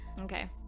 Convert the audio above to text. Okay